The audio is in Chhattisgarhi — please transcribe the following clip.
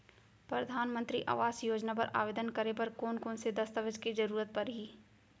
परधानमंतरी आवास योजना बर आवेदन करे बर कोन कोन से दस्तावेज के जरूरत परही?